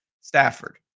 Stafford